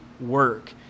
work